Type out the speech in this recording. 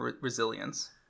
Resilience